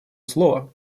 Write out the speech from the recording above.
слово